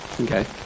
Okay